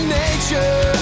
nature